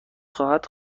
خواد